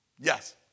Yes